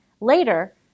Later